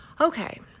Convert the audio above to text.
Okay